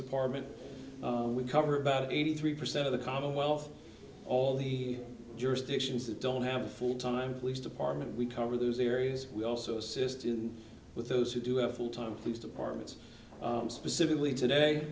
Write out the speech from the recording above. department we cover about eighty three percent of the commonwealth all the jurisdictions that don't have a full time police department we cover those areas we also assist in with those who do have full time police departments specifically today